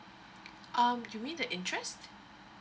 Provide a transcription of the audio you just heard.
um you mean the interest